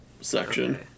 section